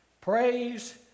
praise